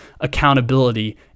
accountability